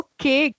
Okay